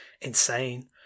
insane